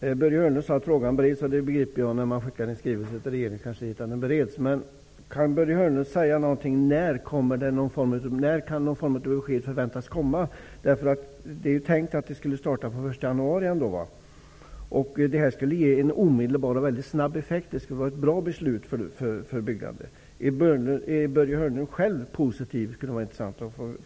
Börje Hörnlund sade att frågan bereds, och även jag förstår att en skrivelse som skickas in till regeringskansliet bereds. Men kan Börje Hörnlund säga när någon form av besked kan förväntas komma? Avsikten var ju att det hela skulle starta den 1 januari. Det skulle vara ett bra beslut för byggandet, som skulle ge en omedelbar och snabb effekt. Det skulle vara intressant att få reda på om Börje Hörnlund själv är positiv till detta.